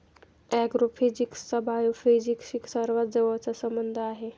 ऍग्रोफिजिक्सचा बायोफिजिक्सशी सर्वात जवळचा संबंध आहे